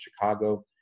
Chicago